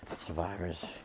survivors